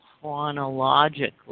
chronologically